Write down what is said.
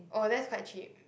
oh that's quite cheap